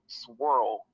swirl